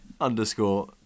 underscore